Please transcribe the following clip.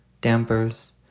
dampers